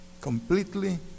completely